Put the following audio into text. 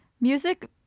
Music